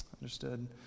Understood